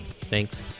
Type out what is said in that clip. Thanks